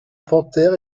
panthère